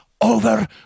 Over